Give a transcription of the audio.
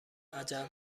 عجب